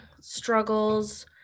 struggles